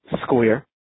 square